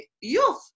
youth